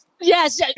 Yes